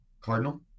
Cardinal